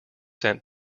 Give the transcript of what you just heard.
sent